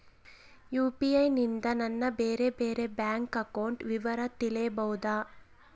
UPI ನಿಂದ ನನ್ನ ಬೇರೆ ಬೇರೆ ಬ್ಯಾಂಕ್ ಅಕೌಂಟ್ ವಿವರ ತಿಳೇಬೋದ?